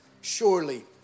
Surely